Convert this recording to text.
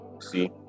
See